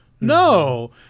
no